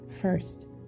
first